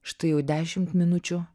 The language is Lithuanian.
štai jau dešimt minučių